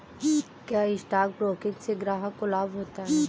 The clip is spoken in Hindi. क्या स्टॉक ब्रोकिंग से ग्राहक को लाभ होता है?